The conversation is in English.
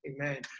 Amen